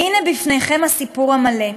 והנה בפניכם הסיפור המלא: